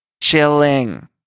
Chilling